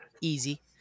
easy